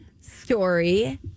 story